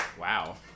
Wow